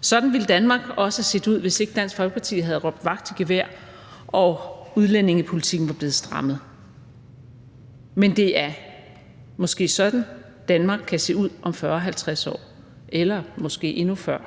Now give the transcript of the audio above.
Sådan ville Danmark også have set ud, hvis ikke Dansk Folkeparti havde råbt vagt i gevær og udlændingepolitikken var blevet strammet. Men det er måske sådan, Danmark kan se ud om 40-50 år, eller måske endnu før,